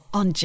on